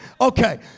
Okay